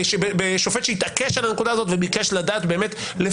שופט שהתעקש על הנקודה הזאת וביקש לפרט.